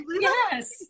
Yes